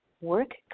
work